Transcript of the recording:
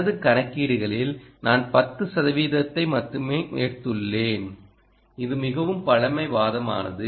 எனது கணக்கீடுகளில் நான் 10 சதவிகிதத்தை மட்டுமே எடுத்துள்ளேன் இது மிகவும் பழமைவாதமானது